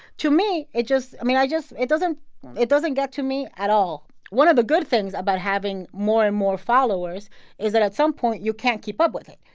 to me, it just i mean, i just it doesn't it doesn't get to me at all one of the good things about having more and more followers is that at some point you can't keep up with it,